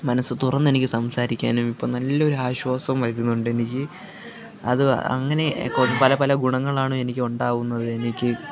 മനസ്സ് തുറന്നെനിക്ക് സംസാരിക്കാനും ഇപ്പം എനിക്ക് നല്ല ഒരു ആശ്വാസവും വരുന്നുണ്ടെനിക്ക് അത് അങ്ങനെ പല പല ഗുണങ്ങളാണെനിക്ക് ഉണ്ടാകുന്നത് എനിക്ക്